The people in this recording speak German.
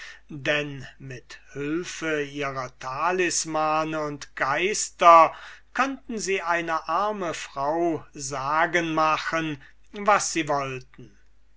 denn mit hülfe ihrer talismane und geister könnten sie eine arme frau sagen machen was sie wollten